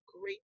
great